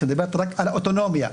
שמדברת רק על האוטונומיה,